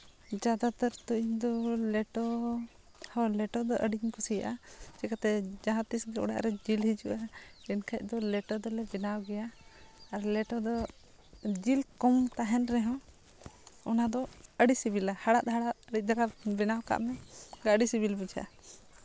ᱡᱟᱫᱟᱛᱚᱨ ᱫᱚ ᱤᱧᱫᱚ ᱞᱮᱴᱚ ᱦᱚᱸ ᱞᱮᱴᱚ ᱫᱚ ᱟᱹᱰᱤᱜᱤᱧ ᱠᱩᱥᱤᱭᱟᱜᱼᱟ ᱪᱤᱠᱟᱹᱛᱮ ᱡᱟᱦᱟᱸ ᱛᱤᱥ ᱜᱮ ᱚᱲᱟᱜ ᱨᱮ ᱡᱤᱞ ᱦᱤᱡᱩᱜᱼᱟ ᱮᱱᱠᱷᱟᱡ ᱫᱚ ᱞᱮᱴᱚ ᱫᱚᱞᱮ ᱵᱮᱱᱟᱣ ᱜᱮᱭᱟ ᱟᱨ ᱞᱮᱴᱚ ᱫᱚ ᱡᱤᱞ ᱠᱚᱢ ᱛᱟᱦᱮᱱ ᱨᱮᱦᱚᱸ ᱚᱱᱟᱫᱚ ᱟᱹᱰᱤ ᱥᱤᱵᱤᱞᱟ ᱦᱟᱲᱦᱟᱫ ᱦᱟᱲᱦᱟᱫ ᱟᱹᱰᱤ ᱫᱷᱟᱣ ᱵᱮᱱᱟᱣ ᱠᱟᱜ ᱢᱮ ᱟᱹᱰᱤ ᱥᱤᱵᱤᱞ ᱵᱩᱡᱷᱟᱹᱜᱼᱟ